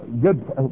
good